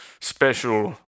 special